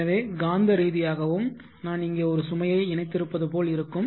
எனவே காந்தரீதியாகவும் நான் இங்கே ஒரு சுமையை இணைத்திருப்பது போல் இருக்கும்